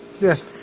Yes